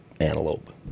antelope